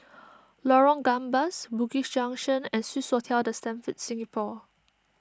Lorong Gambas Bugis Junction and Swissotel the Stamford Singapore